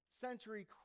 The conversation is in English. century